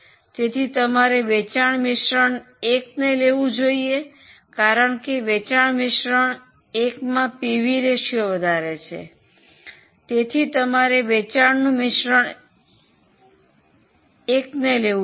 તેથી તમારે વેચાણ મિશ્રણ 1 ને લેવું જોઈએ કારણ કે વેચાણ મિશ્રણ 1 માં પીવી રેશિયો વધારે છે તેથી તમારે વેચાણનું મિશ્રણ 1 ને લેવું જોઈએ